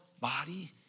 body